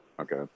Okay